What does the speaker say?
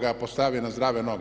ga postavi na zdrave noge.